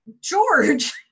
George